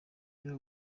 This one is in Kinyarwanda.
iyo